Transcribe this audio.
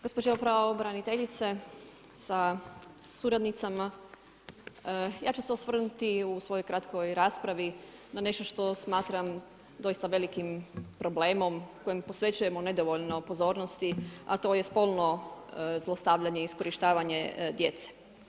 Gospođo pravobraniteljice sa suradnicama, ja ću se osvrnuti u svojoj kratkoj raspravi na nešto što smatram doista velikim problem kojem posvećujemo nedovoljno pozornosti, a to je spolno zlostavljanje i iskorištavanje djece.